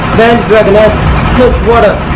then dragon air touch water.